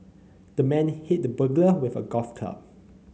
the man hit the burglar with a golf club